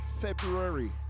February